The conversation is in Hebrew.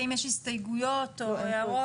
האם יש הסתייגויות או הערות?